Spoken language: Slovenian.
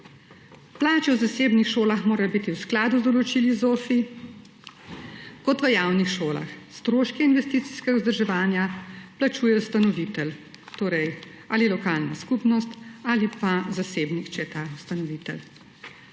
Plače v zasebnih šolah morajo biti v skladu z določili ZOFVI kot v javnih šolah. Stroški investicijskega vzdrževanja plačuje ustanovitelj, torej ali lokalna skupnost ali pa zasebnik, če je ta ustanovitelj.